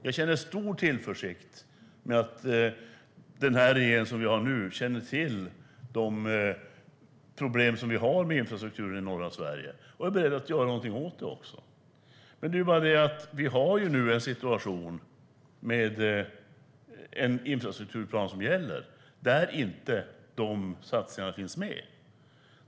Jag känner stor tillförsikt inför att den nuvarande regeringen känner till de problem som finns med infrastrukturen i norra Sverige och är beredd att göra någonting åt problemen. Nu finns en gällande infrastrukturplan där de satsningarna inte finns med.